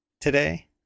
today